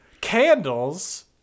candles